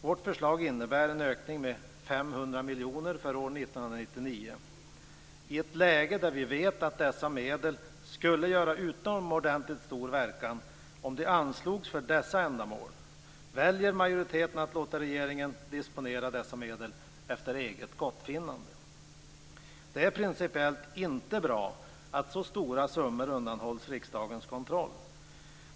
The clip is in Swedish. Vårt förslag innebär en ökning med 500 miljoner för år 1999. I ett läge där vi vet att dessa medel skulle göra utomordentligt stor verkan om de anslogs för dessa ändamål väljer majoriteten att låta regeringen disponera dessa medel efter eget gottfinnande. Det är principiellt inte bra att så stora summor undanhålls riksdagens kontroll.